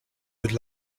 would